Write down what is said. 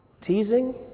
Teasing